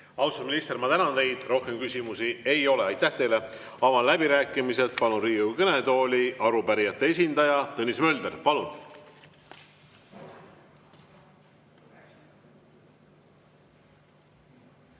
Austatud minister, ma tänan teid. Rohkem küsimusi ei ole. Aitäh teile! Avan läbirääkimised. Palun Riigikogu kõnetooli arupärijate esindaja Tõnis Möldri. Palun!